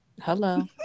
Hello